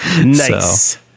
nice